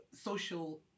social